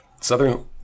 Southern